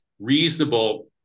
reasonable